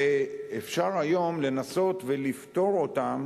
ואפשר היום לנסות ולפתור אותן